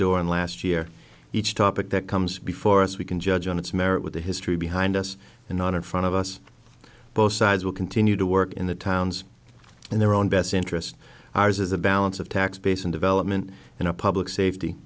door on last year each topic that comes before us we can judge on its merit with the history behind us and not in front of us both sides will continue to work in the towns in their own best interest ours is a balance of tax base and development in a public safety